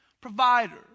provider